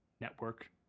network